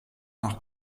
nach